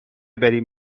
بریم